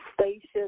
station